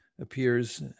appears